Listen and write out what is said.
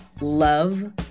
love